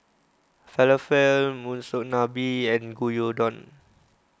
Falafel Monsunabe and Gyudon